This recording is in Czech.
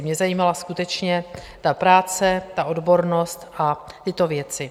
Mě zajímala skutečně práce, odbornost a tyto věci.